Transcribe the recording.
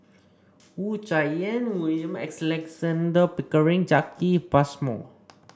Wu Tsai Yen William Alexander Pickering Jacki Passmore